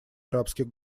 арабских